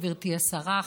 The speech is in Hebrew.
גברתי השרה,